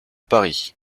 paris